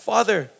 Father